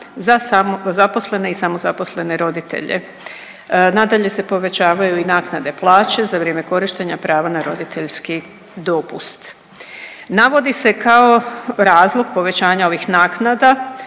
za zaposlene i samozaposlene roditelje. Nadalje se povećavaju i naknade plaće za vrijeme korištenja prava na roditeljski dopust. Navodi se kao razlog povećanja ovih naknada